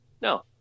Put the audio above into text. No